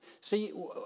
See